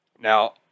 Now